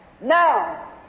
Now